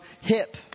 hip